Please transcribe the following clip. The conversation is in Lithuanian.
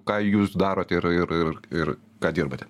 ką jūs darot ir ir ir ir ką dirbate